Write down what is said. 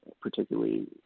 particularly